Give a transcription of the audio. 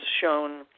shown